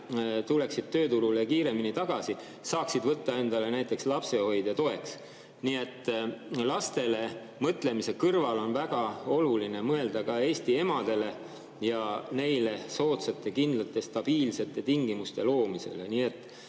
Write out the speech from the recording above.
tuleksid tööturule kiiremini tagasi ning saaksid võtta endale näiteks lapsehoidja toeks. Nii et lastele mõtlemise kõrval on väga oluline mõelda ka Eesti emadele ja neile soodsate, kindlate, stabiilsete tingimuste loomisele.